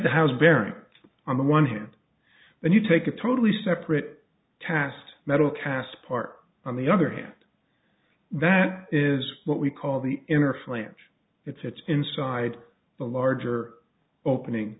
the house bearing on the one hand and you take a totally separate cast metal cast part on the other hand that is what we call the inner flange that sits inside the larger opening